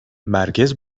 merkez